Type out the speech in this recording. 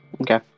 Okay